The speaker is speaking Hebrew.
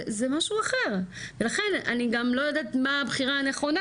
זה משהו אחר ולכן אני גם לא יודעת מה הבחירה הנכונה,